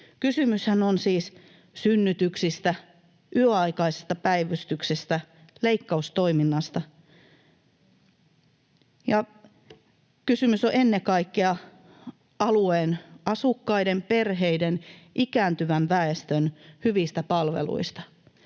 Kysymyshän on siis synnytyksistä, yöaikaisesta päivystyksestä, leikkaustoiminnasta. Ja kysymys on ennen kaikkea alueen asukkaiden, perheiden, ikääntyvän väestön hyvistä palveluista,